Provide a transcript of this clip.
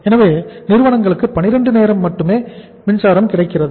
எனவே நிறுவனத்திற்கு 12 மணி நேரத்திற்கு மட்டுமே மின்சாரம் கிடைக்கிறது